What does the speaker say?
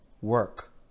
work